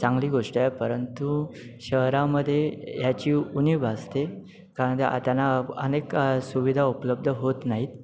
चांगली गोष्ट आहे परंतु शहरामध्ये ह्याची उणीव भासते कारण आ त्यांना अनेक सुविधा उपलब्ध होत नाहीत